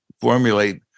formulate